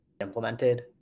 implemented